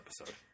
episode